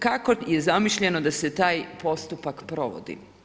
Kako je zamišljeno da se taj postupak provodi.